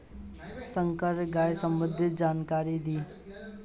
संकर गाय सबंधी जानकारी दी?